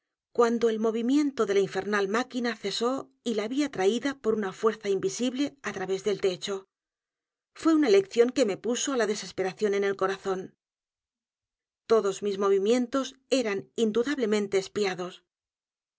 cuando el movimiento de la infernal máquina cesó y la vi atraída por una fuerza invisible á través del techo f u é una lección que me puso la desesperación en el corazón todos mis movimientos eran indudablemente espiados